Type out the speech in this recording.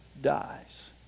dies